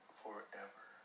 forever